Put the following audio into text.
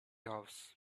house